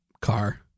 car